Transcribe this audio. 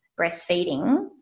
breastfeeding